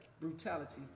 brutality